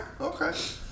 okay